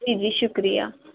جی جی شکریہ